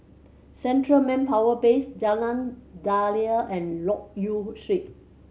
Central Manpower Base Jalan Daliah and Loke Yew Street